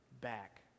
back